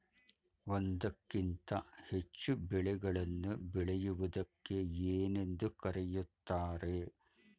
ಒಂದಕ್ಕಿಂತ ಹೆಚ್ಚು ಬೆಳೆಗಳನ್ನು ಬೆಳೆಯುವುದಕ್ಕೆ ಏನೆಂದು ಕರೆಯುತ್ತಾರೆ?